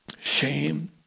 shame